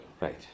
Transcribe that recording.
right